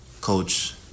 Coach